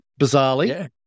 bizarrely